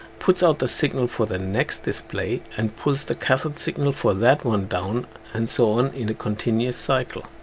puts out the signal for the next display and pulls the cathode signal for that one down and so on in a continuous cycle.